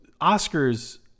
Oscar's